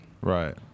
right